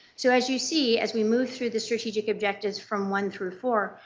so as you see, as we move through the strategic objectives from one through four,